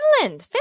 Finland